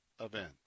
event